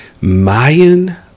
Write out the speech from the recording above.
Mayan